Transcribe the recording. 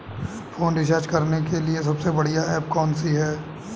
Phone recharge करने के लिए सबसे बढ़िया ऐप कौन सी है?